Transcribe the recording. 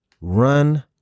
run